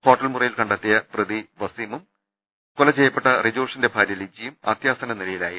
ഹോട്ടൽമുറി യിൽ കണ്ടെത്തിയ പ്രതി വസീമും കൊലചെയ്യപ്പെട്ട റിജോഷിന്റെ ഭാരൃ ലിജിയും അത്യാസന്ന നിലയിലായിരുന്നു